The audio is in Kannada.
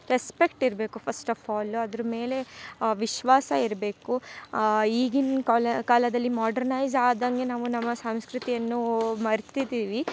ರೆಸ್ಪೆಕ್ಟ್ ಇರಬೇಕು ಫಸ್ಟ್ ಆಫ್ ಆಲ್ ಅದ್ರ್ಮೇಲೆ ವಿಶ್ವಾಸ ಇರಬೇಕು ಈಗಿನ ಕಾಲ ಕಾಲದಲ್ಲಿ ಮಾರ್ಡ್ರನೈಜ್ ಆದಂಗೆ ನಾವು ನಮ್ಮ ಸಂಸ್ಕೃತಿಯನ್ನು ಮರ್ತಿದ್ದೀವಿ